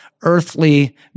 earthly